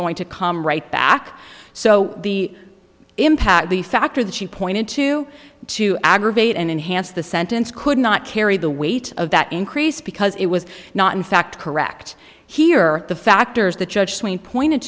going to come right back so the impact the factor that she pointed to to aggravate and enhance the sentence could not carry the weight of that increase because it was not in fact correct here the factors that judge swain pointed